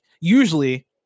usually